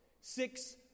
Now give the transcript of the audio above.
Six